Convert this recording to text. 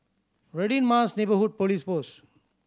Radin Mas Neighbourhood Police Post